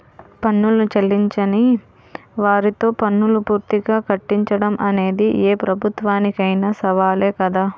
పన్నులు చెల్లించని వారితో పన్నులు పూర్తిగా కట్టించడం అనేది ఏ ప్రభుత్వానికైనా సవాలే కదా